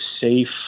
safe